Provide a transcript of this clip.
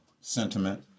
sentiment